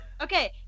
Okay